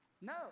No